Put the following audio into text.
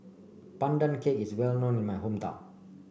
Pandan Cake is well known in my hometown